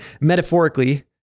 metaphorically